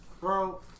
Bro